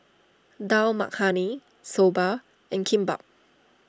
Dal Makhani Soba and Kimbap